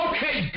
Okay